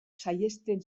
saihesten